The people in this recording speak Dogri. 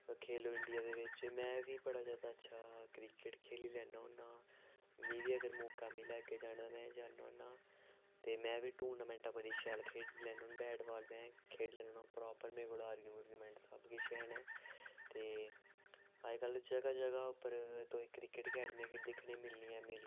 खेलो इंडिया दे बिच में बी बड़ा जादा अच्छा क्रिकेट खेली लैना होन्ना मिगी बी अगर मौका मिले अग्गें जाने दा में जन्नां होन्नां ते में बी टुर्नामेंटां बड़ी शैल खेढी लैन्नां हून बैट बाल में खेढी लैन्ना होन्नां प्रापर मेरे कोल आर्गू आर्गू मेंट सब किश हैन ते अज्जकल जगह जगह उप्पर तुसेंगी क्रिकेट अकैडमियां दिक्खने गी मिलनियां